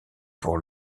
pour